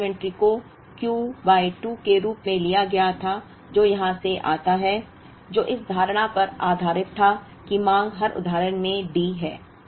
अब औसत इन्वेंट्री को Q बाय 2 के रूप में लिया गया था जो यहाँ से आता है जो इस धारणा पर आधारित था कि मांग हर उदाहरण में D